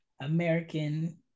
American